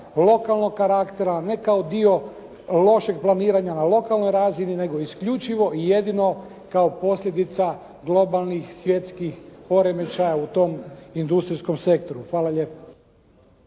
lokalnog karaktera, ne kao dio lošeg planiranja na lokalnoj razini, nego isključivo i jedino kao posljedica globalnih svjetskih poremećaja u tom industrijskom sektoru. Hvala lijepo.